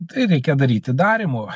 tai reikia daryti darymu